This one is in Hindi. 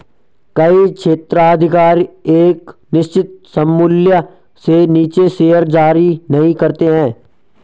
कई क्षेत्राधिकार एक निश्चित सममूल्य से नीचे शेयर जारी नहीं करते हैं